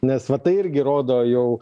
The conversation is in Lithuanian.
nes va tai irgi rodo jau